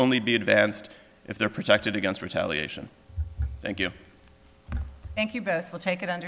only be advanced if they're protected against retaliation thank you thank you beth will take it